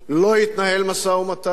לא התנהל משא-ומתן,